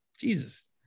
jesus